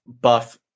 buff